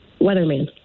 Weatherman